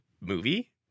movie